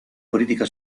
política